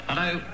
Hello